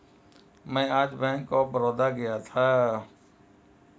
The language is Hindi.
मैं आज बैंक ऑफ बड़ौदा गया था